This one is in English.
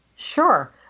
Sure